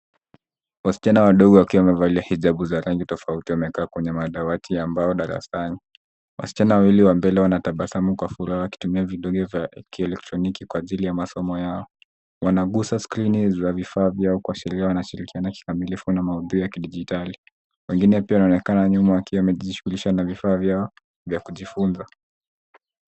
Wasichana wadogo wakiwa wamevalia hijab za rangi tofauti wamekaa kwenye madawati ya mbao darasani. Wasichana wawili wa mbele wanatabasamu kwa furaha wakitumia vidonge vya kielektroniki kwa ajili ya masomo yao. Wanaguza skrini za vifaa vyao kuashiria wanashikiriana kikamilifu na maudhui ya kidigitali, wengine pia wanaonekana nyuma wakiwa wamejishughulisha na vifaa vyao vya kujifunza.